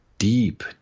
deep